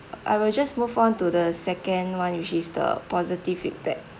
uh I will just move on to the second one which is the positive feedback